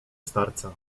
starca